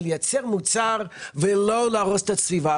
לייצר מוצר ולא להרוס את הסביבה.